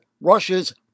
Russia's